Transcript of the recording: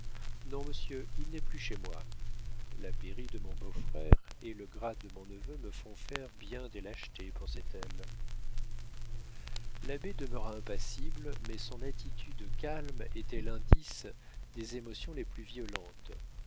non monsieur il n'est plus chez moi la pairie de mon beau-frère et le grade de mon neveu me font faire bien des lâchetés pensait-elle l'abbé demeura impassible mais son attitude calme était l'indice des émotions les plus violentes